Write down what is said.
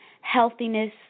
healthiness